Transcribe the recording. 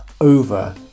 over